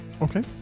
Okay